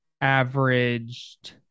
averaged